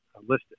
listed